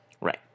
Right